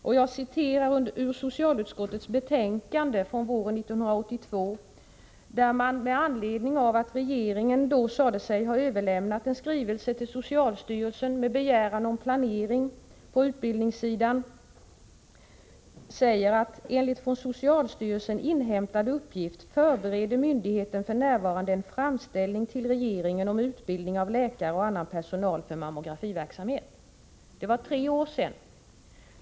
Socialutskottet anförde i sitt betänkande på våren 1982, med anledning av att regeringen då sade sig ha överlämnat en skrivelse till socialstyrelsen med begäran om planering på utbildningssidan: Enligt från socialstyrelsen inhämtad uppgift förbereder myndigheten f.n. en framställning till regeringen om utbildning av läkare och personal för mammografiverksamhet. Det var tre år sedan.